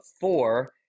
four